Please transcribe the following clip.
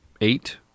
eight